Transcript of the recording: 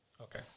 Okay